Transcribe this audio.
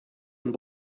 and